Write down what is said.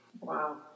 Wow